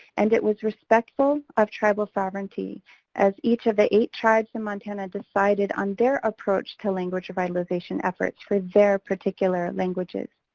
and it was respectful of tribal sovereignty as each of the eight tribes in montana decided on their approach to language revitalization efforts with their particular languages.